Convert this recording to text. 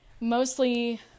mostly